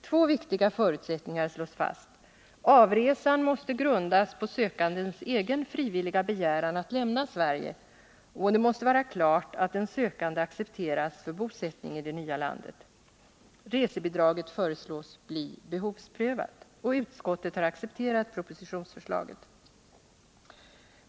Två viktiga förutsättningar slås fast: avresan måste grundas på sökandens egen frivilliga begäran att lämna Sverige, och det måste vara klart att den sökande accepteras för bosättning i det nya landet. Resebidraget föreslås bli behovsprövat. Utskottet har accepterat propositionsförslaget.